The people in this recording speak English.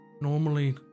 Normally